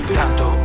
tanto